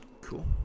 cool